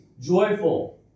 joyful